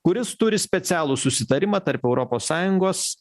kuris turi specialų susitarimą tarp europos sąjungos